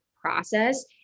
process